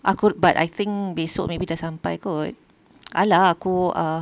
aku but I think esok maybe dah sampai kot !alah! aku ah